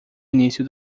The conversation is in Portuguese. início